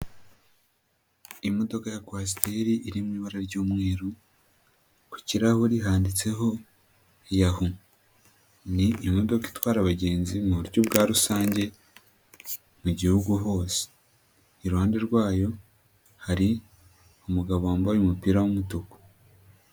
Imodoka ya Coaster iri mu ibara ry'umweru, ku kirahuri handitseho yahoo, ni imodoka itwara abagenzi mu buryo bwa rusange mu gihugu hose, iruhande rwayo hari umugabo wambaye umupira w'umutuku.